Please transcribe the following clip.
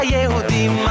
Yehudim